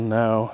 now